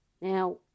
Now